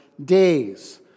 days